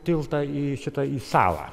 tiltą į šitą į salą